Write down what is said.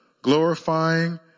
glorifying